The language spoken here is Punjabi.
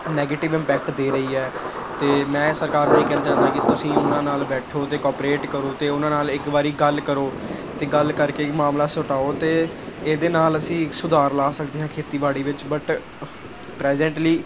ਨੈਗੇਟਿਵ ਇੰਪੈਕਟ ਦੇ ਰਹੀ ਹੈ ਅਤੇ ਮੈਂ ਸਰਕਾਰ ਨੂੰ ਇਹ ਕਹਿਣਾ ਚਾਹੁੰਦਾ ਕਿ ਤੁਸੀਂ ਉਹਨਾਂ ਨਾਲ ਬੈਠੋ ਅਤੇ ਕੋਪਰੇਟ ਕਰੋ ਅਤੇ ਉਹਨਾਂ ਨਾਲ ਇੱਕ ਵਾਰੀ ਗੱਲ ਕਰੋ ਅਤੇ ਗੱਲ ਕਰਕੇ ਮਾਮਲਾ ਸੁਟਾਓ ਅਤੇ ਇਹਦੇ ਨਾਲ ਅਸੀਂ ਸੁਧਾਰ ਲਾ ਸਕਦੇ ਹਾਂ ਖੇਤੀਬਾੜੀ ਵਿੱਚ ਬਟ ਪ੍ਰੈਜੈਂਟਲੀ